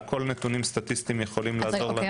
כל נתונים סטטיסטיים יכולים לעזור לנו --- אוקי,